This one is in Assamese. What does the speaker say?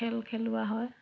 খেল খেলোৱা হয়